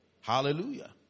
Hallelujah